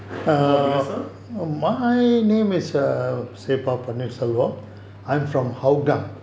how about yourself